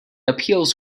appeals